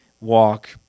walk